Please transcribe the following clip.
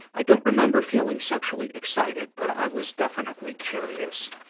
i don't remember feeling sexually excited, but i was definitely curious.